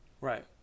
right